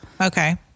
Okay